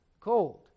Cold